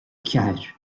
ceathair